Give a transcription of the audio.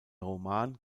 roman